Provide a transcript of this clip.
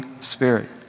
Spirit